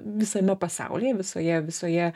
visame pasaulyje visoje visoje